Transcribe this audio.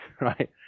right